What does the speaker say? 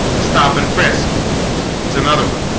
stop and frisk it's another one